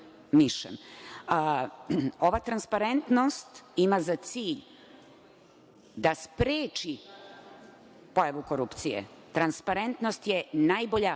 Ova transparentnost ima za cilj da spreči pojavu korupcije. Transparentnost je najbolja preventivna